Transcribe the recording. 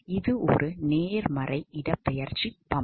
இது ஒரு நேர்மறை இடப்பெயர்ச்சி பம்ப்